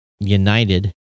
United